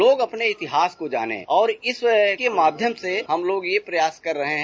लोग अपने इतिहास को जानें और इसके माध्यम से हम लोग यह प्रयास कर रहे हैं